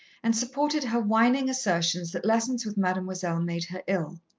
and supported her whining assertions that lessons with mademoiselle made her ill.